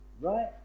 right